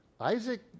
Isaac